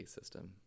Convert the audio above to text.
system